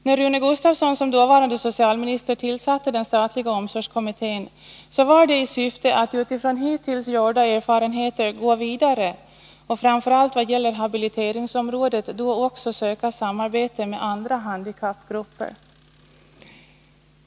När Rune Gustavsson som dåvarande socialminister tillsatte den statliga omsorgskommittén var det i syfte att utifrån hittills gjorda erfarenheter gå vidare och framför allt vad det gäller habiliteringsområdet också söka samarbete med andra handikappgrupper.